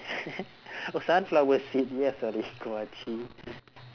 oh sunflower seed ya sorry kua chee